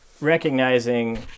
recognizing